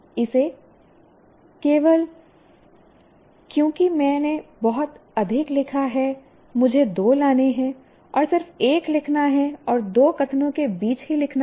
इसे केवल क्योंकि मैंने बहुत अधिक लिखा है मुझे दो लाने हैं और सिर्फ एक लिखना है और दो कथनों के बीच ही लिखना है